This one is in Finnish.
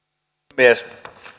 puhemies